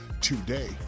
today